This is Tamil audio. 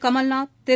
கமல்நாத் திரு